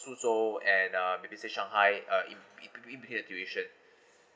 suzhou and uh maybe it say shanghai uh in in in the duration